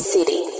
City